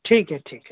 ٹھیک ہے ٹھیک ہے